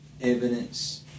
evidence